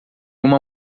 uma